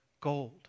gold